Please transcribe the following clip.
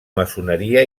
maçoneria